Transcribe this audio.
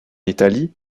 italie